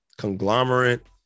conglomerate